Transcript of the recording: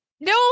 No